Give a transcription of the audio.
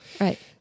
Right